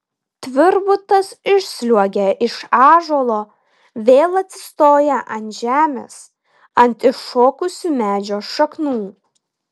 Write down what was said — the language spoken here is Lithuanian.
tvirbutas išsliuogia iš ąžuolo vėl atsistoja ant žemės ant iššokusių medžio šaknų